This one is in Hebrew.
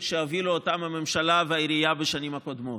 שהובילו הממשלה והעירייה בשנים הקודמות.